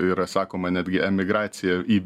yra sakoma netgi emigracija į